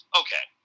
okay